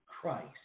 Christ